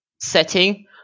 setting